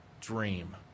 dream